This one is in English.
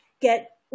get